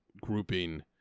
grouping